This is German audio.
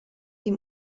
dem